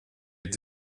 ett